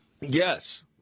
Yes